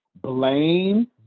blame